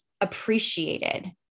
appreciated